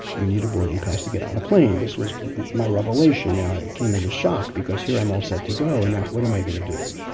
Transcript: you need a boarding pass to get on a plane. this was my revelation. now, it came as a shock because here i am all set to go and now, what am i going to do.